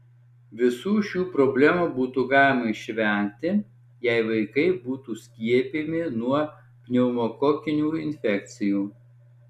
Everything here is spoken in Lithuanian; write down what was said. visų šių problemų būtų galima išvengti jei vaikai būtų skiepijami nuo pneumokokinių infekcijų